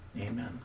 Amen